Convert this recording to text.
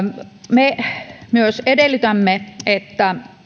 me edellytämme myös että